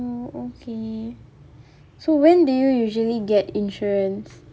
mm okay so when do you usually get insurance